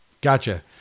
Gotcha